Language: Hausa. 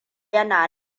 yana